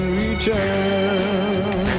return